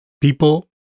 People